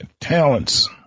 talents